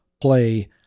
play